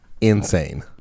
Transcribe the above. insane